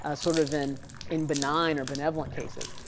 ah sort of in in benign or benevolent cases.